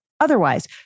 otherwise